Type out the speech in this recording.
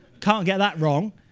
can't get that wrong.